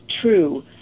true